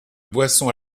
boissons